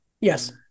Yes